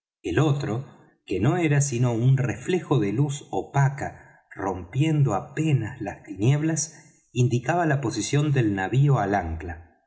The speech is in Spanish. el otro que no era sino un reflejo de luz opaca rompiendo apenas las tinieblas indicaba la posición del navío